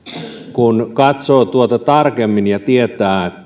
kun katsoo tuota tarkemmin ja tietää